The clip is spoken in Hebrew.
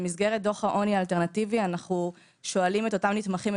במסגרת דוח העוני האלטרנטיבי אנחנו שואלים את אותם נתמכים,